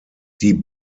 die